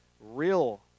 real